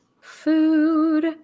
Food